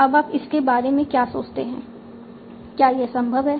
अब आप इसके बारे में क्या सोचते हैं क्या यह संभव है